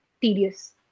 tedious